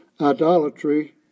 idolatry